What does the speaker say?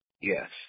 Yes